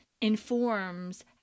informs